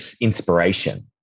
inspiration